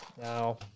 Now